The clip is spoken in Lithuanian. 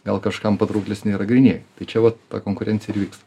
gal kažkam patrauklesni yra grynieji tai čia vat ta konkurencija ir vyksta